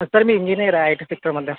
sir मी engineer आहे I T सेक्टरमध्ये